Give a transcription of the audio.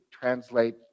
translate